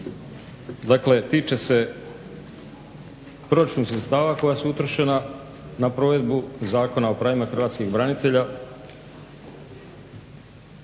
dakle tiče se proračunskih sredstava koja su utrošena na provedbu Zakona o pravima hrvatskih branitelja